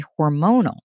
hormonal